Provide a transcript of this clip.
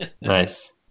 Nice